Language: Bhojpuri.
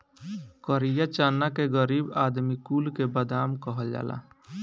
करिया चना के गरीब आदमी कुल के बादाम कहल जाला